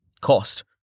Cost